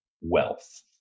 wealth